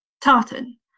tartan